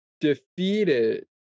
defeated